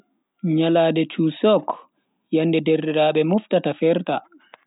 Nyalande chuseok, yende derdiraabe moftata ferta.